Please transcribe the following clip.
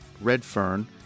Redfern